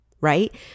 right